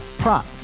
prop